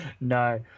No